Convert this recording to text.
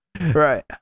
right